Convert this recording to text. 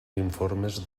informes